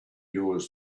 yours